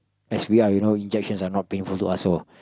as we are you know injections are not painful to us so